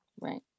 Right